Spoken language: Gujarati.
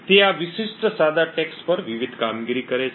તે આ વિશિષ્ટ સાદા ટેક્સ્ટ પર વિવિધ કામગીરી કરે છે